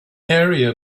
area